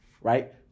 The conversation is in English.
right